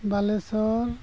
Balasore